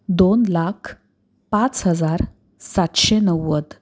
दोन लाख पाच हजार सातशे नव्वद